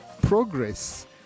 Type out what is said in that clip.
progress